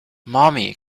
mommy